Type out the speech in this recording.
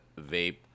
vape